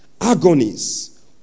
agonies